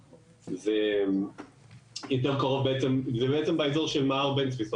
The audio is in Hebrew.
זה בעצם באזור מרכז עירוני ראשי מע"ר בן צבי,